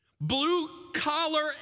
blue-collar